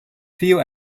theo